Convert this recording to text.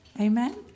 Amen